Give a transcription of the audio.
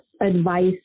advice